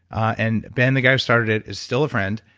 and ben, the guy who started it, is still a friend.